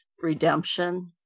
redemption